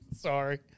Sorry